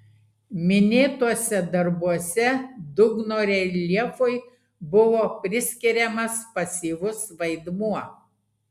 minėtuose darbuose dugno reljefui buvo priskiriamas pasyvus vaidmuo